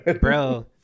bro